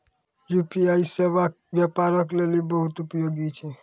UPI सेबा व्यापारो के लेली बहुते उपयोगी छै